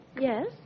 Yes